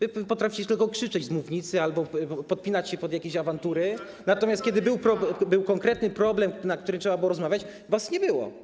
Wy potraficie tylko krzyczeć z mównicy albo podpinać się pod jakieś awantury, natomiast kiedy był konkretny problem, o którym trzeba było rozmawiać, was nie było.